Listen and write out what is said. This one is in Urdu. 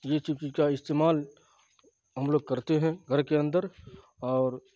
یہ کا استعمال ہم لوگ کرتے ہیں گھر کے اندر اور